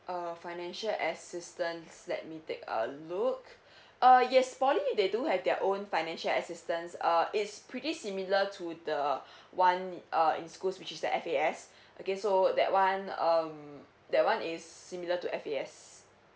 uh financial assistance let me take a look uh yes poly they do have their own financial assistance uh it's pretty similar to the one uh in schools which is the F_A_S okay so that one um that one is similar to F_A_S